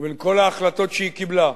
ובין כל ההחלטות שהיא קיבלה,